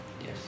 Yes